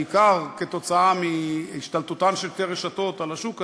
בעיקר כתוצאה מהשתלטותן של שתי רשתות על השוק הזה,